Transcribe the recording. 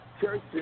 churches